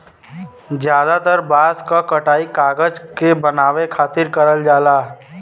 जादातर बांस क कटाई कागज के बनावे खातिर करल जाला